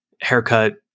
haircut